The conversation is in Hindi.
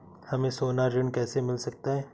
हमें सोना ऋण कैसे मिल सकता है?